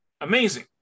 amazing